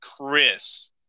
chris